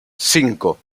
cinco